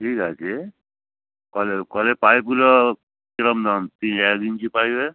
ঠিক আছে কলে কলে পাইপগুলো কিরম দাম এক ইঞ্চি পাইপের